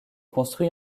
construit